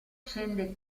scende